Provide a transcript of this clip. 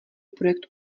projekt